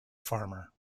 farmer